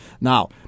Now